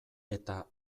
eta